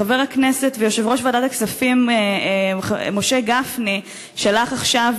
חבר הכנסת ויושב-ראש ועדת הכספים משה גפני שלח עכשיו,